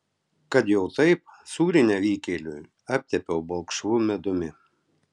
kad jau taip sūrį nevykėliui aptepiau balkšvu medumi